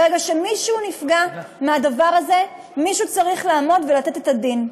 ברגע שמישהו נפגע מהדבר הזה מישהו צריך לעמוד ולתת את הדין.